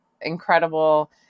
incredible